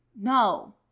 No